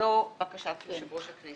זו בקשת יושב-ראש הכנסת.